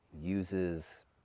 uses